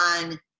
on